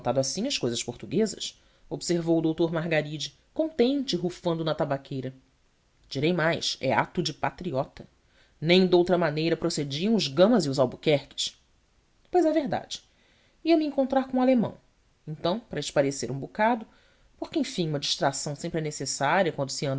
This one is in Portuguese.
assim as cousas portuguesas observou o doutor margaride contente e rufando na tabaqueira direi mais é ato de patriota nem de outra maneira procediam os gamas e os albuquerques pois é verdade ia-me encontrar com o alemão e então para espairecer um bocado porque enfim uma distração sempre e necessária quando se